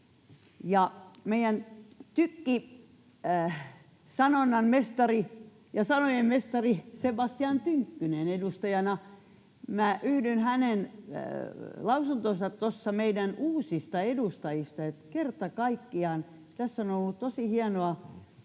meidän tykki, sanonnan mestari ja sanojen mestari Sebastian Tynkkynen — minä yhdyn hänen lausuntoonsa meidän uusista edustajista tuossa, että kerta kaikkiaan tässä on ollut tosi hienoa